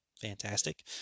fantastic